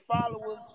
followers